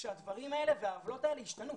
כדי שהדברים האלה והעוולות האלה ישתנו.